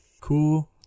Cool